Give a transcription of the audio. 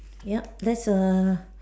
yup that's a